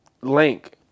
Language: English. link